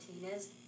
martinez